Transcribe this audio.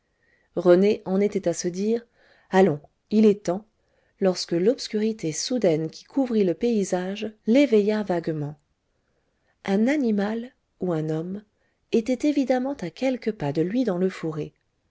rené en était à se dire allons il est temps lorsque l'obscurité soudaine qui couvrit le paysage l'éveilla vaguement un animal ou un homme était évidemment à quelques pas de lui dans le fourré